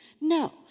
No